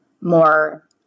more